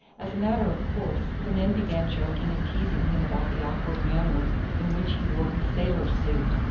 as a matter of course the men began joking and teasing him about the awkward manner in which he wore his sailor's suit,